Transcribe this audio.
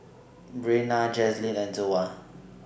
Breanna Jazlyn and Zoa